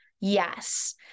yes